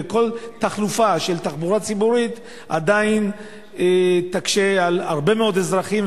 וכל חלופה של תחבורה ציבורית עדיין תקשה על הרבה מאוד אזרחים,